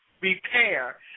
repair